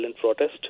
protest